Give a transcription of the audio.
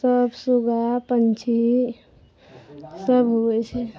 सब सूगा पँछी सब होइ छै